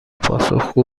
پاسخگو